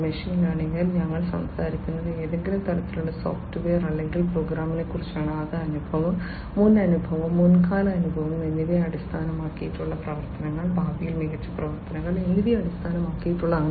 machine ലേണിംഗിൽ ഞങ്ങൾ സംസാരിക്കുന്നത് ഏതെങ്കിലും തരത്തിലുള്ള സോഫ്റ്റ്വെയർ അല്ലെങ്കിൽ പ്രോഗ്രാമിനെക്കുറിച്ചാണ് അത് അനുഭവം മുൻ അനുഭവം മുൻകാല അനുഭവം എന്നിവയെ അടിസ്ഥാനമാക്കിയുള്ള പ്രവർത്തനങ്ങൾ ഭാവിയിൽ മികച്ച പ്രവർത്തനങ്ങൾ എന്നിവയെ അടിസ്ഥാനമാക്കിയുള്ളതാണ്